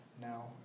now